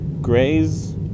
Greys